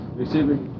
receiving